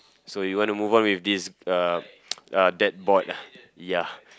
so you want to move on with this uh uh that board ah ya